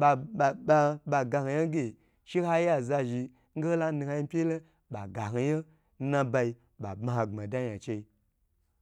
baba ba ga ho yan ge she ha ye aza zhi nge ho la lanu ha yi pye n nabayi ba bmaho agbmada yan inchei